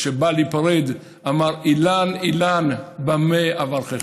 כשבא להיפרד, אמר: אילן, אילן, במה אברכך?